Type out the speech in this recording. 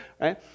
right